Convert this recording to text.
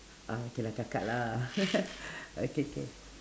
ah okay lah kakak lah okay k